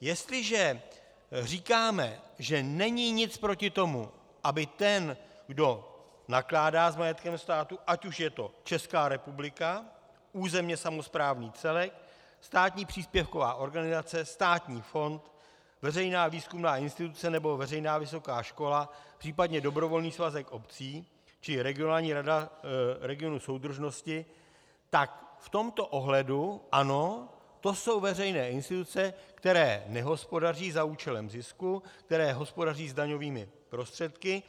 Jestliže říkáme, že není nic proti tomu, aby ten, kdo nakládá s majetkem státu, ať už je to Česká republika, územně samosprávný celek, státní příspěvková organizace, státní fond, veřejná výzkumná instituce nebo veřejná vysoká škola, případně dobrovolný svazek obcí či regionální rada regionu soudržnosti, tak v tomto ohledu ano, to jsou veřejné instituce, které nehospodaří za účelem zisku, které hospodaří s daňovými prostředky,